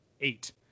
Eight